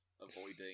avoiding